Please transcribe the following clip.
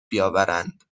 بیاورند